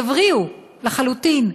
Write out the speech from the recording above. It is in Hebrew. יבריאו לחלוטין,